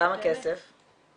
כמה כסף?